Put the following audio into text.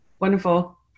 Wonderful